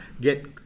get